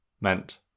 meant